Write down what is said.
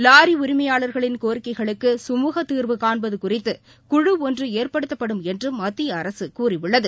லாரிஉரிமையாளா்களின் கோரிக்கைகளுக்கு சுமூக தீர்வு காண்பதுகுறித்து குழு ஒன்றுஏற்படுத்தப்படும் என்றுமத்தியஅரசுகூறியுள்ளது